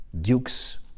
dukes